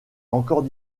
encore